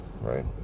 right